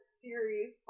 series